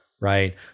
right